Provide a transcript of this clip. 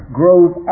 grows